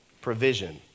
provision